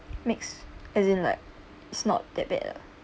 mix as in like it's not that bad lah